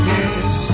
Yes